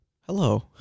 hello